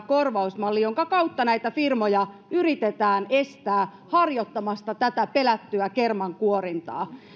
korvausmalli jonka kautta näitä firmoja yritetään estää harjoittamasta tätä pelättyä kermankuorintaa